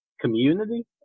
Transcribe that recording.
community